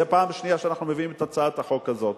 זו פעם שנייה שאנחנו מביאים את הצעת החוק הזאת.